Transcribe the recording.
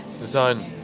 design